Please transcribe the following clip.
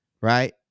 right